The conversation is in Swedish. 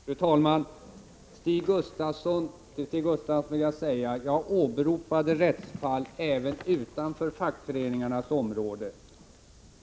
Fru talman! Jag vill säga till Stig Gustafsson: Jag åberopade rättsfall även utanför fackföreningarnas område.